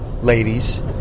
Ladies